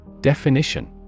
Definition